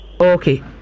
Okay